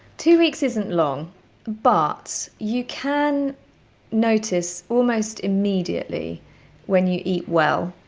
two weeks isn't long but you can notice almost immediately when you eat well,